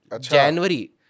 January